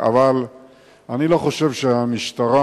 אבל אני לא חושב שהמשטרה,